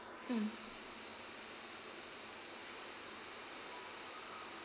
mm